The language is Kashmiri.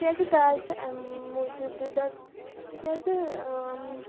تِکیازِ داج چھِ اَمہِ موٗجوٗب بِدعت تِکیازِ